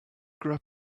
grab